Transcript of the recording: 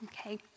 okay